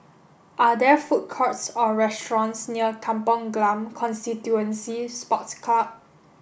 are there food courts or restaurants near Kampong Glam Constituency Sports Club